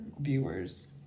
viewers